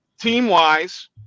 team-wise